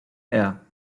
air